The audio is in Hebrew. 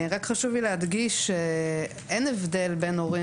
חשוב לי להדגיש שאין הבדל בין הורים